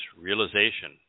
realization